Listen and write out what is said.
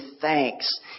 thanks